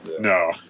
No